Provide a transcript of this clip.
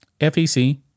FEC